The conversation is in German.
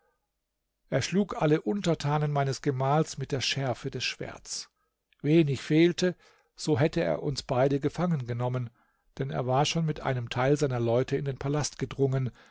er schlug alle untertanen meines gemahls mit der schärfe des schwerts wenig fehlte so hätte er uns beide gefangen genommen denn er war schon mit einem teil seiner leute in den palast gedrungen